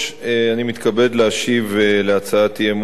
אני מתכבד להשיב על הצעת אי-אמון בממשלה,